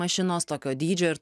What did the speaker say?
mašinos tokio dydžio ir